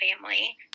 family